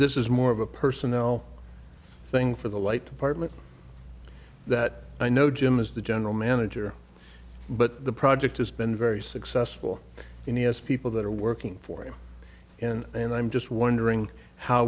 this is more of a personnel thing for the light department that i know jim is the general manager but the project has been very successful in the us people that are working for you and i'm just wondering how